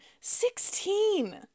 Sixteen